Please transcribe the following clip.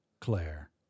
Claire